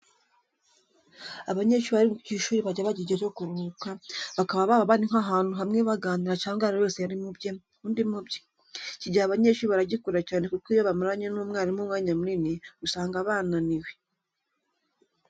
Abanyeshuri bari ku ishuri bajya bagira igihe cyo kuruhuka, bakaba baba bari nk'ahantu hamwe baganira cyangwa buri umwe ari mu bye undi mu bye. Iki gihe abanyeshuri baragikunda cyane kuko iyo bamaranye n'umwarimu umwanya munini usanga bananiwe.